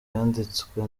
yanditswe